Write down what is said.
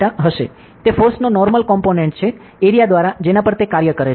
તે ફોર્સનો normal component છે એરીયા દ્વારા જેના પર તે કાર્ય કરે છે